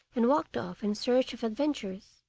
and walked off in search of adventures.